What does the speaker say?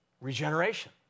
regeneration